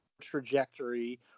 trajectory